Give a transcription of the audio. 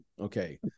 okay